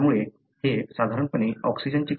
त्यामुळे हे साधारणपणे ऑक्सिजनची कमतरता असते